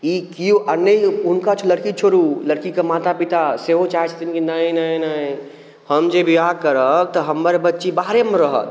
ई केओ आओर नहि यौ हुनका लड़की छोड़ू लड़कीके मातापिता सेहो चाहै छैथिन कि नै नै नै हम जे बियाह करब तऽ हम्मर बच्ची बाहरेमे रहत